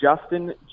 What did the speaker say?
Justin